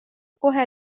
kohe